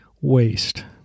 waste